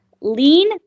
lean